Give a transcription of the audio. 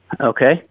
Okay